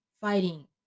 fighting